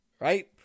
right